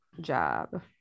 job